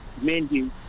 menu